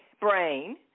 brain